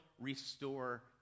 restore